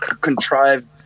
contrived